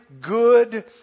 good